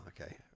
okay